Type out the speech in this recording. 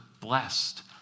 blessed